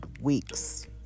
weeks